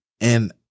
And-